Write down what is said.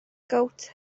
gowt